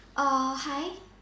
hi